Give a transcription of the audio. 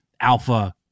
alpha